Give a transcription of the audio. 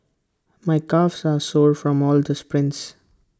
my calves are sore from all the sprints